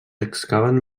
excaven